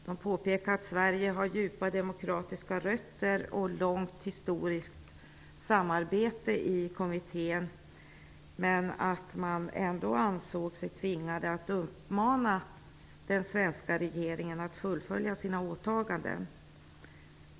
De påpekade att Sverige har djupa demokratiska rötter och ett långt historiskt samarbete med kommittén, men att man ändå ansåg sig tvingad att uppmana den svenska regeringen att fullfölja sina åtaganden.